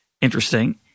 interesting